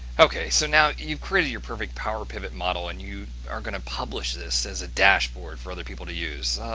okay! so, now you've created your perfect power pivot model and you are going to publish this as a dashboard for other people to use.